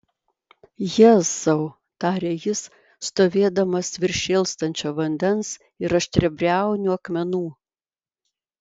jėzau tarė jis stovėdamas virš šėlstančio vandens ir aštriabriaunių akmenų